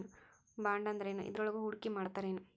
ಬಾಂಡಂದ್ರೇನ್? ಇದ್ರೊಳಗು ಹೂಡ್ಕಿಮಾಡ್ತಾರೇನು?